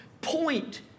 point